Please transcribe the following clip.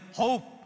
hope